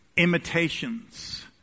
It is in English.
Imitations